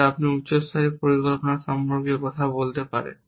তবে আমরা উচ্চ স্তরের পরিকল্পনা সম্পর্কে কথা বলতে পারি